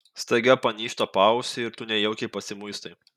staiga panyžta paausį ir tu nejaukiai pasimuistai